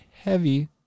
heavy